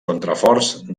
contraforts